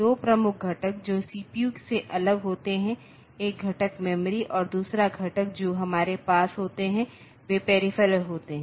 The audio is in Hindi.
दो प्रमुख घटक जो सीपीयू से अलग होते हैं एक घटक मेमोरी और दूसरा घटक जो हमारे पास होते हैं वे पेरीफेरल होते हैं